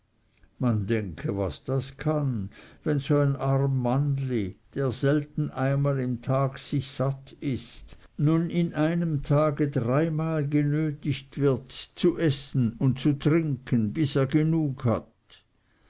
man denke was das kann wenn so ein arm mannli der selten einmal im tag sich satt ißt nun in einem tage dreimal genötigt wird zu essen und zu trinken bis er genug hat